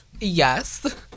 Yes